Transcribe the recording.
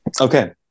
Okay